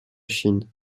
chine